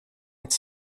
het